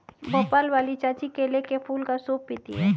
भोपाल वाली चाची केले के फूल का सूप पीती हैं